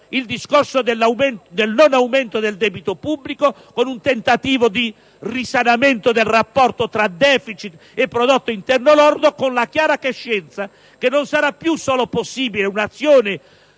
il discorso del non aumento del debito pubblico, con un tentativo di risanamento del rapporto tradeficit e prodotto interno lordo e con la chiara coscienza che non sarà più possibile agire